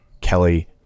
Kelly